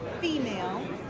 female